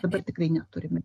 dabar tikrai neturime